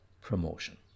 promotion